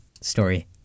story